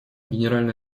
генеральная